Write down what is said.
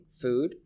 food